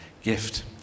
gift